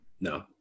No